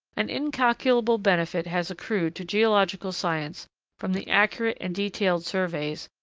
an incalculable benefit has accrued to geological science from the accurate and detailed surveys,